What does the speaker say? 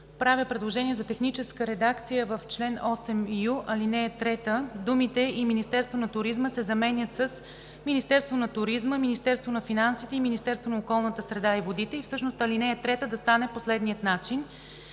правя предложение за техническа редакция в чл. 8ю, ал.3: думите „и Министерство на туризма“ се заменят с „Министерство на туризма, Министерство на финансите и Министерство на околната среда и водите“. Всъщност ал. 3 да стане по следния начин: